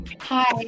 hi